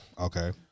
Okay